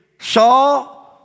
saw